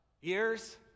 years